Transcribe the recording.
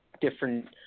different